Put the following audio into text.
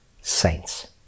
saints